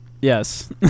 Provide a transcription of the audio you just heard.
Yes